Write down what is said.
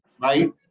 right